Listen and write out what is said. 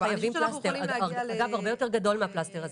אגב, הרבה יותר גדול מהפלסטר הזה.